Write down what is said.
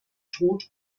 tod